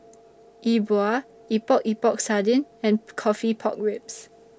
E Bua Epok Epok Sardin and Coffee Pork Ribs